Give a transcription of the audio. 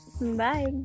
Bye